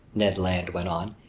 ned land went on,